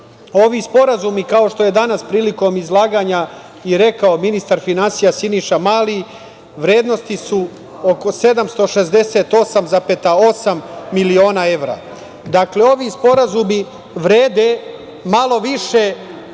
sporazumi, kao što je danas prilikom izlaganja i rekao ministar finansija Siniša Mali, vrednosti su oko 768,8 miliona evra. Dakle, ovi sporazumi vrede malo više